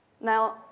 Now